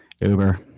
Uber